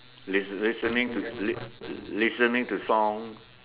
list list listening to listening to songs